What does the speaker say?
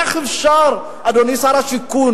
איך אפשר, אדוני שר השיכון?